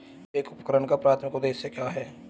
एक उपकरण का प्राथमिक उद्देश्य क्या है?